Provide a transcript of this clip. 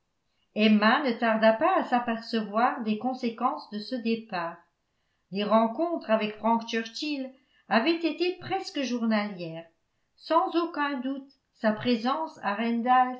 emma ne tarda pas à s'apercevoir des conséquences de ce départ les rencontres avec frank churchill avaient été presque journalières sans aucun doute sa présence à